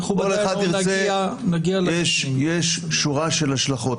יש שורה של השלכות.